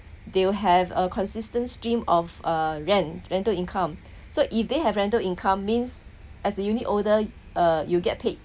they'll have a consistent stream of uh rent rental income so if they have rental income means as a unit holder uh you get paid